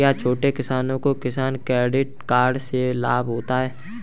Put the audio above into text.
क्या छोटे किसानों को किसान क्रेडिट कार्ड से लाभ होगा?